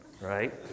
right